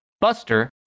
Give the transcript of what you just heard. Buster